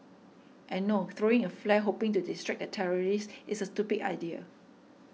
and no throwing a flare hoping to distract a terrorist is a stupid idea